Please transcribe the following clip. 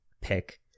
pick